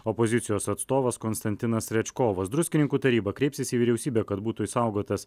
opozicijos atstovas konstantinas rečkovas druskininkų taryba kreipsis į vyriausybę kad būtų išsaugotas